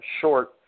short